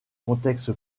contexte